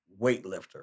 weightlifter